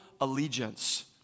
Allegiance